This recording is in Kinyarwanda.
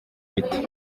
biti